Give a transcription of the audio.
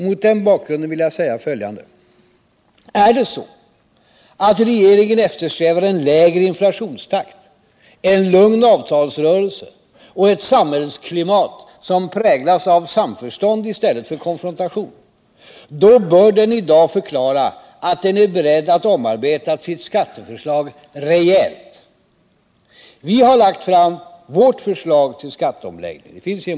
Mot denna bakgrund vill jag säga följande: Är det så, att regeringen eftersträvar en lägre inflationstakt, en lugn avtalsrörelse och ett samhällsklimat som präglas av samförstånd i stället för konfrontation, då bör den i dag förklara att den är beredd att omarbeta sitt skatteförslag rejält. Vi har redan i en motion lagt fram vårt förslag till skatteomläggning.